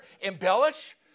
Embellish